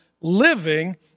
living